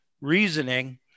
reasoning